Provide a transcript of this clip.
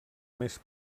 més